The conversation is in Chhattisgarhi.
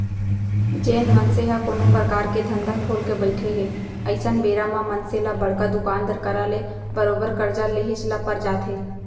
जेन मनसे ह कोनो परकार के धंधा खोलके बइठे हे अइसन बेरा म मनसे ल बड़का दुकानदार करा ले बरोबर करजा लेहेच ल पर जाथे